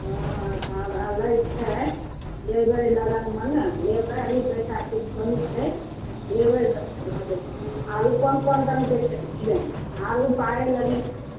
हँ तब आब लैक छै अयबै लगन मने लेबै अभी पैसा किछु कमी छै लेबै तब ओकरा देब आरो कोन कोन रङ्गके छै डीजाइन आर ओ पाइ लगैन